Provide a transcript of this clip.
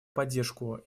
поддержку